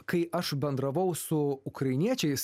kai aš bendravau su ukrainiečiais